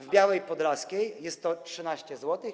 W Białej Podlaskiej jest to 13 zł.